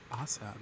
awesome